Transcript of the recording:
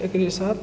एकरे साथ